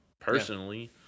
personally